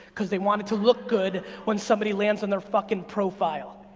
cause they want it to look good when somebody lands on their fucking profile.